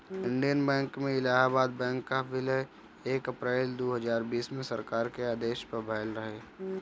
Indian Bank में Allahabad Bank कअ विलय एक अप्रैल दू हजार बीस में सरकार के आदेश पअ भयल रहे